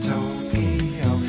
Tokyo